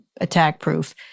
attack-proof